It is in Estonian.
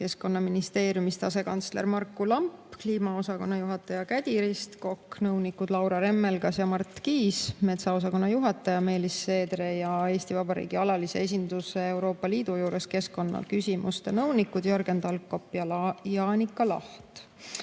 Keskkonnaministeeriumist asekantsler Marku Lamp, kliimaosakonna juhataja Kädi Ristkok, nõunikud Laura Remmelgas ja Mart Kiis, metsaosakonna juhataja Meelis Seedre ja Eesti Vabariigi alalise esinduse Euroopa Liidu juures keskkonnaküsimuste nõunikud Jörgen Talkop ja Janika Laht.